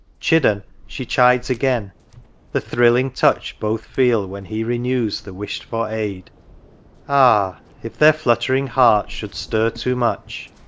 chidden she chides again the thrilling touch both feel when he renews the wish'd-for aid ah! if their fluttering hearts should stir too much,